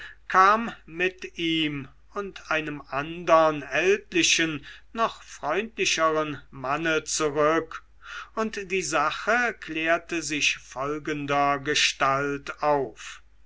kam mit ihm und einem andern ältlichen noch freundlichern manne zurück und die sache klärte sich folgendergestalt auf